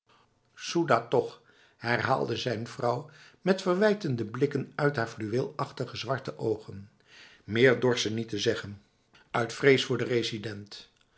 soedah toch herhaalde zijn vrouw met verwijtende blikken uit haar fluweelachtige zwarte ogen meer dorst ze niet zeggen uit vrees voor de resident